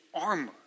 armor